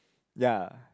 ya